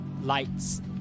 lights